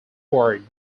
word